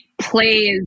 plays